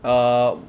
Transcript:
err